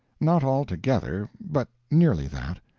not altogether, but nearly that.